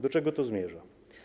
Do czego to zmierza?